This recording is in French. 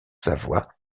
savoie